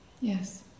Yes